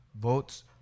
votes